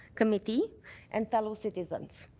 committee and fellow citizens,